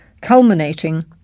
culminating